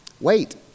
Wait